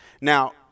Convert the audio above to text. Now